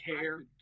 care